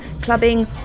clubbing